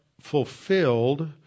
fulfilled